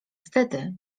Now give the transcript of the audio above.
wtedy